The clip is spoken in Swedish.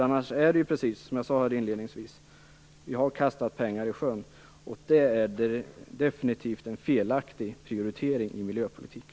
Annars är det precis som jag sade inledningsvis: Vi har kastat pengar i sjön, och det är definitivt en felaktig prioritering i miljöpolitiken.